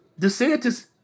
DeSantis